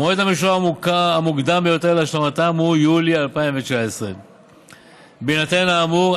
המועד המשוער המוקדם ביותר להשלמתן הוא יולי 2019. בהינתן האמור,